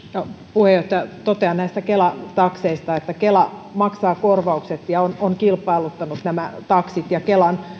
puheenjohtaja totean näistä kela takseista että kela maksaa korvaukset ja on kilpailuttanut nämä taksit kelan